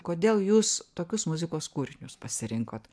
kodėl jūs tokius muzikos kūrinius pasirinkot